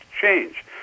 change